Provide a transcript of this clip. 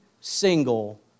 single